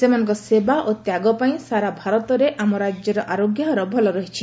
ସେମାନଙ୍କ ସେବା ଓ ତ୍ୟାଗ ପାଇଁ ସାରା ଭାରତରେ ଆମ ରାଜ୍ୟର ଆରୋଗ୍ୟ ହାର ଭଲ ରହିଛି